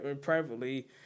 privately